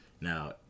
now